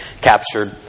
captured